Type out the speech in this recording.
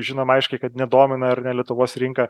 žinom aiškiai kad nedomina ar ne lietuvos rinka